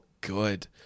good